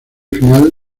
final